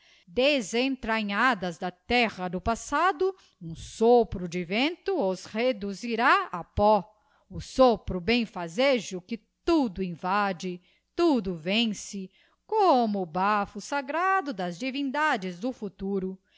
carbonisadas desentranhadas da terra do passado um sopro de vento os reduzirá a pó o sopro bemfazejo que tudo invade tudo vence como o bafo sagrado das divindades do futuro